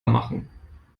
machen